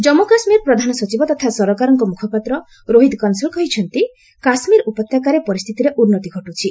ଜନ୍ମ କାଶ୍ୱୀର ପ୍ରଧାନ ସଚିବ ତଥା ସରକାରଙ୍କ ମ୍ରଖପାତ୍ର ରୋହିତ୍ କଂସଲ୍ କହିଛନ୍ତି କାଶ୍ମୀର ଉପତ୍ୟକାରେ ପରିସ୍ଥିତିରେ ଉନ୍ନତି ଘଟୁଛି